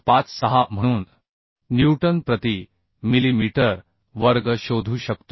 56 म्हणून न्यूटन प्रति मिलीमीटर वर्ग शोधू शकतो